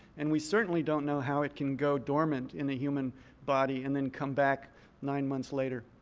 and we certainly don't know how it can go dormant in a human body and then come back nine months later.